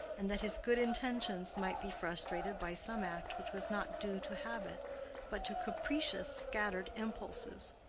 and that his good intentions might be frustrated by some act which was not due to habit but to capricious, scattered impulses.